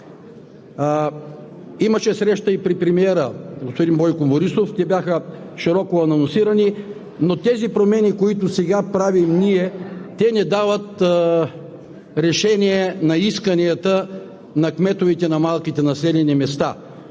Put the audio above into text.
Имаше среща и при премиера – господин Бойко Борисов, бяха широко анонсирани, но промените, които сега правим, не дават решение на исканията на кметовете на малките населени места.